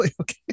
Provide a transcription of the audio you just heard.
Okay